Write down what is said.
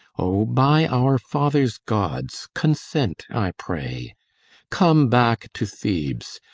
o, by our fathers' gods, consent i pray come back to thebes,